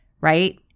right